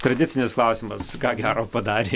tradicinis klausimas ką gero padarė